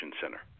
center